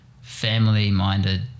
family-minded